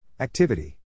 Activity